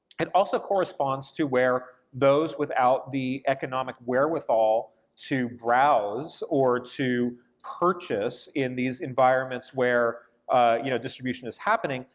it also corresponds to where those without the economic wherewithal to browse, or to purchase in these environments where you know distribution is happening,